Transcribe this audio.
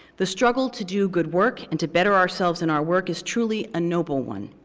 the struggle to do good work and to better ourselves and our work is truly a noble one.